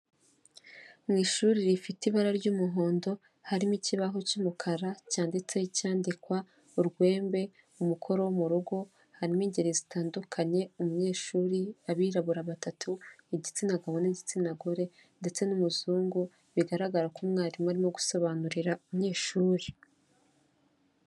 Mu ishuri rifite ibara ry'umuhondo, harimo ikibaho cy'umukara cyanditseho icyandikwa, urwembe, umukoro wo mu rugo, harimo ingeri zitandukanye, umunyeshuri, abirabura batatu, igitsina gabo n'igitsina gore, ndetse n'umuzungu, bigaragara ko umwarimu arimo gusobanurira umunyeshuri.